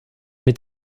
mit